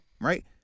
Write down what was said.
right